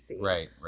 right